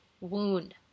wound